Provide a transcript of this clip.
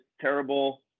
terrible